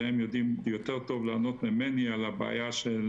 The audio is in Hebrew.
הם יודעים יותר טוב לענות ממני על הבעיה של